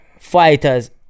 fighters